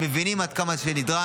שמבינים עד כמה זה נדרש.